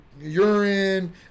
urine